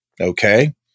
Okay